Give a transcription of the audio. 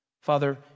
Father